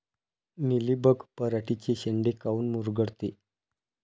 Mealybug पराटीचे चे शेंडे काऊन मुरगळते?